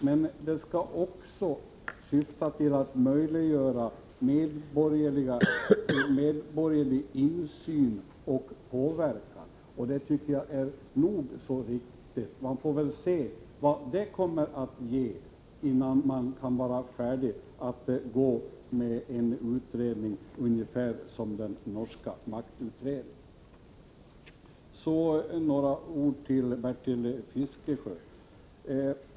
Men man skall också syfta till att möjliggöra medborgerlig insyn och påverkan, och det tycker jag är nog så viktigt. Man får väl se vad utredningsarbetet ger innan man kan vara färdig att gå med på tillsättande av en utredning av samma modell som den norska maktutredningen. Så några ord till Bertil Fiskesjö.